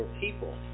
people